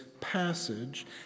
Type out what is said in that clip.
passage